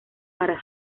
para